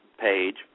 page